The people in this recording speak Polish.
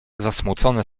zasmucone